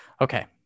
Okay